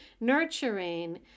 nurturing